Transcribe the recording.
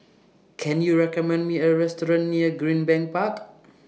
Can YOU recommend Me A Restaurant near Greenbank Park